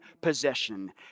possession